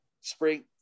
spring